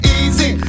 easy